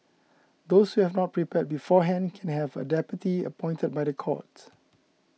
those who have not prepared beforehand can have a deputy appointed by the court